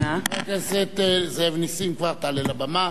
חבר הכנסת נסים זאב, תעלה כבר לבמה.